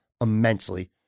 immensely